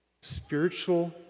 Spiritual